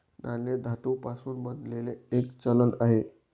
नाणे धातू पासून बनलेले एक चलन आहे